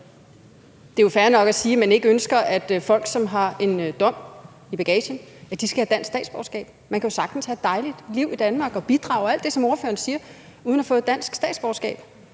Det er jo fair nok at sige, at man ikke ønsker, at folk, som har en dom i bagagen, skal have dansk statsborgerskab. Man kan jo sagtens have et dejligt liv i Danmark og bidrage – alt det, som ordføreren siger – uden at få et dansk statsborgerskab.